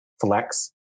flex